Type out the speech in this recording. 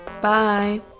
bye